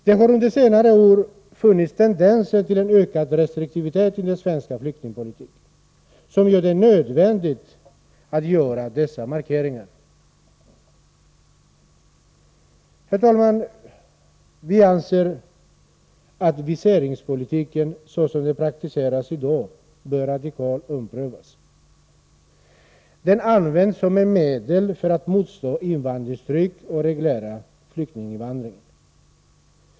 Det har under senare år funnits tendenser till en ökad restriktivitet i den svenska flyktingpolitiken, som gör dessa markeringar nödvändiga. Herr talman! Vi anser att viseringspolitiken såsom den praktiseras i dag bör radikalt omprövas. Den används såsom ett medel för att motstå invandringstryck och reglera flyktinginvandringen.